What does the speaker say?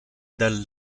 del